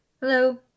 hello